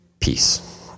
Peace